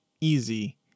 easy